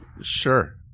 sure